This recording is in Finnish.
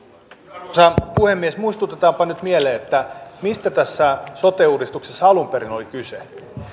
arvoisa puhemies muistutetaanpa nyt mieleen että mistä tässä sote uudistuksessa alun perin oli kyse